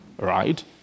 Right